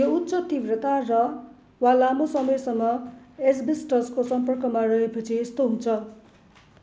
यो उच्च तीव्रता र वा लामो समयसम्म एस्बेस्टसको सम्पर्कमा रहेपछि यस्तो हुन्छ